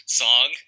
song